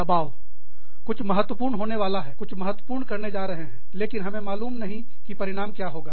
दबाव कुछ महत्वपूर्ण होने वाला है कुछ महत्वपूर्ण करने जा रहे हैं लेकिन हमें मालूम नहीं कि परिणाम क्या होगा